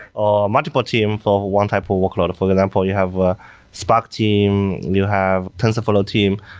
ah multiple team for one type of workload. for example, you have ah spark team, you have tensorflow team.